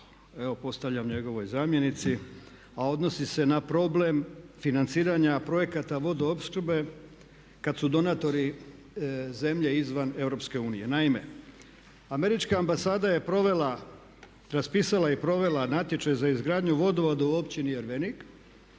postavljam njegovoj zamjenici. A odnosi se na problem financiranja projekata vodoopskrbe kada su donatori zemlje izvan Europske unije. Naime, američka ambasada je provela, raspisala je i provela natječaj za izgradnju vodovoda u općini Ervenik.